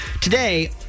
Today